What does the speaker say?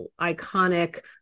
iconic